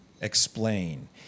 explain